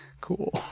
Cool